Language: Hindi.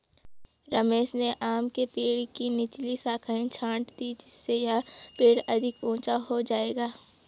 रमेश ने आम के पेड़ की निचली शाखाएं छाँट दीं जिससे यह पेड़ अधिक ऊंचा हो जाएगा